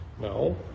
No